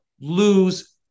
lose